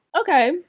Okay